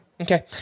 okay